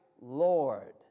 Lord